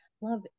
Love